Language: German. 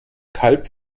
kalb